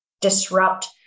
disrupt